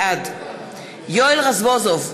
בעד יואל רזבוזוב,